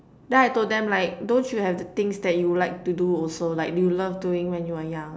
then I told them like don't you have the things that you like to do also like you love doing when you were young